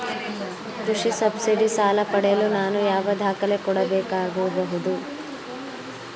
ಕೃಷಿ ಸಬ್ಸಿಡಿ ಸಾಲ ಪಡೆಯಲು ನಾನು ಯಾವ ದಾಖಲೆ ಕೊಡಬೇಕಾಗಬಹುದು?